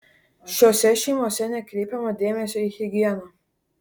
šiose šeimose nekreipiama dėmesio į higieną